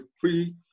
free